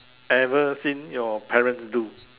ever seen your parents do